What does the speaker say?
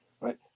right